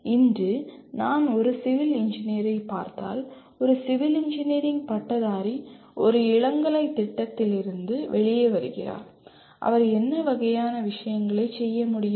இன்று நான் ஒரு சிவில் இன்ஜினியரைப் பார்த்தால் ஒரு சிவில் இன்ஜினியரிங் பட்டதாரி ஒரு இளங்கலை திட்டத்திலிருந்து வெளியே வருகிறார் அவர் என்ன வகையான விஷயங்களைச் செய்ய முடியும்